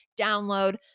download